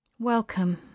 Welcome